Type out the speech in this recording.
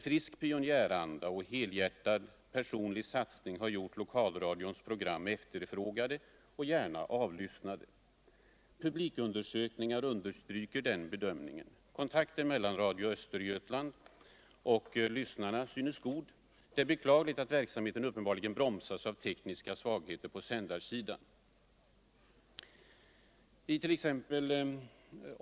Frisk pionjäranda och helhjärtad personlig satsning har gjort lokalradions program efterfrågade och gärna avlyssnade. Publikundersökningar understryker den bedömningen. Kontakten mellan Radio Östergötland och lyssnarna synes god. Det är beklagligt att verksamheten uppenbarligen bromsas av tekniska svagheter på sändarsidan.